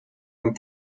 and